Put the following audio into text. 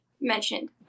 mentioned